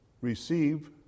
receive